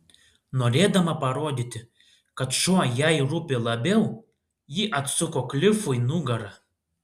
norėdama parodyti kad šuo jai rūpi labiau ji atsuko klifui nugarą